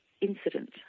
incident